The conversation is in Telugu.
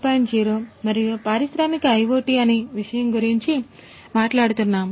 0 మరియు పారిశ్రామిక IoT అనే విషయం గురించి మాట్లాడుతున్నాము